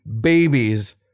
babies